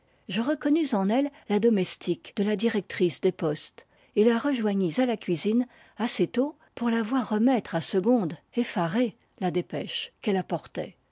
je reconnus en elle la domestique de la directrice des postes et la rejoignis à la cuisine assez tôt pour la voir remettre à segonde effarée la dépêche qu'elle apportait